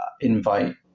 invite